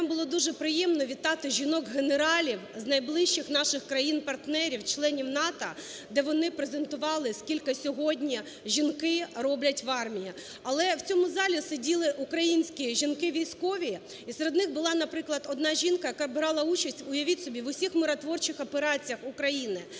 нам було дуже приємно вітати жінок-генералів з найближчих наших країн-партнерів, членів НАТО, де вони презентували скільки сьогодні жінки роблять в армії. Але в цьому залі сиділи українські жінки військові, і серед них була, наприклад, одна жінка, уявіть собі, в усіх миротворчих операціях України.